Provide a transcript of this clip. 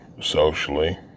Socially